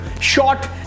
short